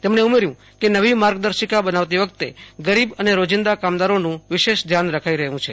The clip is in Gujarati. તેમણે ઉમેર્યું કે નવી માર્ગદર્શિકા બનાવતી વખતે ગરીબ અને રોજીંદા કામદારોનું વિશેષ ધ્યાન રખાઇ રહ્યું છે